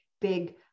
big